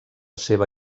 seva